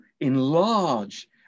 enlarge